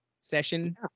session